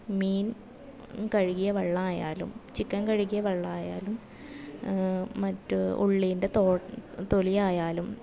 മീൻ കഴുകിയ വെള്ളമായാലും ചിക്കൻ കഴുകിയ വെള്ളമായാലും മറ്റ് ഉള്ളീന്റെ തൊ തൊലി ആയാലും